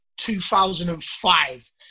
2005